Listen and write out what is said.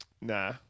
nah